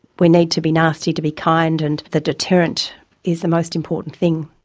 we need to be nasty to be kind, and the deterrent is the most important thing.